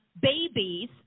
babies